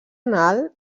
anal